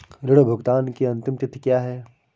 ऋण भुगतान की अंतिम तिथि क्या है?